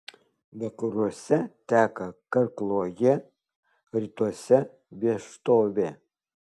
vakaruose teka karkluojė rytuose vieštovė